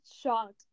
shocked